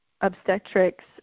obstetrics